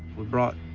we brought,